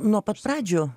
nuo pat pradžių